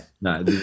No